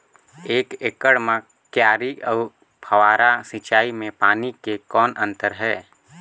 एक एकड़ म क्यारी अउ फव्वारा सिंचाई मे पानी के कौन अंतर हे?